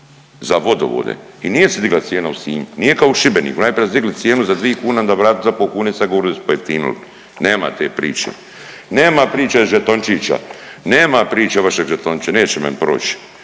za vodovode i nije se digla cijena u Sinju, nije kao u Šibeniku. Najprije su digli cijenu za dvije kune, onda vratili za po' kune, sad govore da su pojeftinili. Nema te priče. Nema priče žetončića, nema priče vašeg žetončića, neće meni proći.